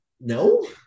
No